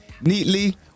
neatly